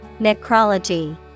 necrology